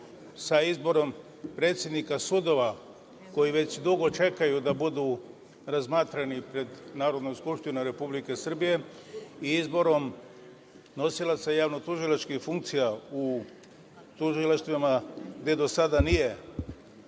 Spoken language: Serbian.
sa izborom predsednika sudova, koji već dugo čekaju da budu razmatrani pred Narodnom skupštinom Republike Srbije, i izborom nosilaca javno-tužilačkih funkcija u tužilaštvima, gde do sada nije